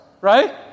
right